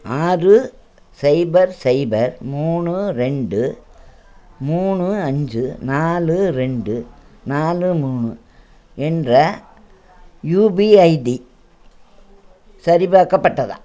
ஆறு சைபர் சைபர் மூணு ரெண்டு மூணு அஞ்சு நாலு ரெண்டு நாலு மூணு என்ற யுபி ஐடி சரிப்பார்க்கப்பட்டதா